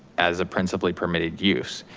as a principally permitted use.